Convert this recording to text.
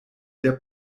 der